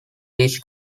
this